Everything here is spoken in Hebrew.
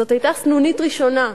זאת היתה סנונית ראשונה.